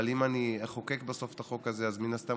אם אני אחוקק בסוף את החוק הזה אז מן הסתם